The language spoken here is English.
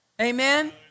Amen